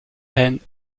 peine